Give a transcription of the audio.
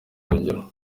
urugero